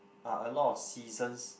are a lot of seasons